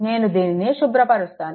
నేను దీనిని శుభ్రపరుస్తాను